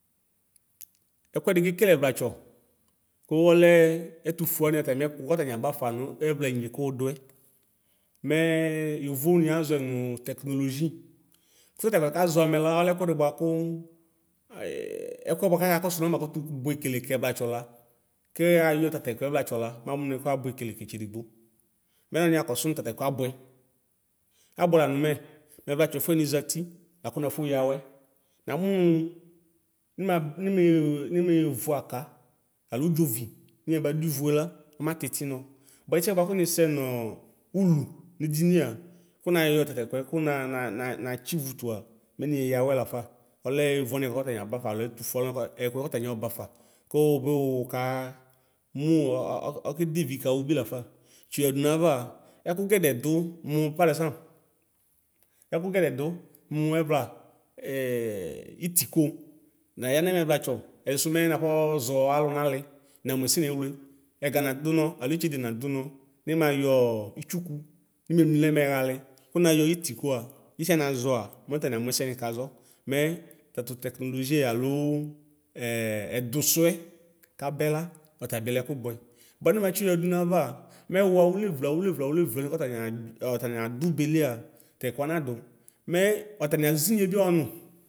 Ɛkʋɛdi kekele ɛvlatsɔ kʋ ɔlɛ ɛtʋfʋɛ wani atamiɛkʋ kʋ atani abafa nʋ ɛvlayinye kʋ wʋdʋɛ mɛ yavo ni azɔɛ nʋ tɛknoloɣi kʋtɛkʋɛ kaza amɛ la ɔlɛ ɛkʋɛdi bʋakʋ ɛkʋɛ bʋakʋ ayakɔ sʋ nʋ ɔnamakʋtʋ bʋekele kɛ ɛvlatsɔ la kɛ ayɔ tatɛkʋ ɛvlatsɔ la mɛ amʋ nʋ ɛkʋɛ abʋɛkele kɛtsedigbo nɛ nɔ niya kɔsʋ nʋ tatɛkʋɛ abʋɛ abʋɛ lanʋ mɛ mʋ ɛvlatsɔ nɛfʋɛ nizali lakʋ nafɔya awɛ namʋ nʋ nima nime nimevʋ aka alo ʋdzovi nibadʋ wʋela ɔmatiti nɔ bʋa itiɛ bʋakʋ nisɛnɔ ɔlʋ nedia kʋ nayɔ tatɛkʋɛ kʋ na na natsi ivʋfʋa mɛ niyeya awɛ lafa ɔlɛ yovo wani ɛkʋɛ katatini abafa lala ale ɛtʋfʋe alʋ wani ɛkʋɛ katani ɔbafa lafa mʋ wʋbi wʋka uivi kawʋ bilafa tsoya yadʋ nayavaa ɛkʋ geɛdɛdʋ mʋ par ɛzapl ɛkʋ gɛdɛ dʋ mʋ ɛvla itiko naya nɛmɛ vlatsɔ edisʋ mɛ nafozɔ alʋ nali namʋ ɛsɛ newle ɛga nadʋ nɔ alo itsede nadʋ nɔ ninxayɔ itsʋkʋ nine nili nɛmɛ xali kʋnayɔ itikoa itiɛ nazɔa mɛ ɔtani amʋ ɛsɛ nikazɔ mɛ tatʋ tɛknoloɣi alo ɛ ɛdʋsʋɛ abɛ la ɔtɔtabilɛ ɛkʋ bʋɛ bʋa nimatsi yoyadʋ nayava mʋ wʋ alevle awʋleve awʋlewle anɛkʋ ɔtani adzɔa ɔtani adʋ belia tɛkʋ wa nadʋ mɛ ɔtani azɛnyi bi ɔnʋ.